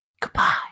Goodbye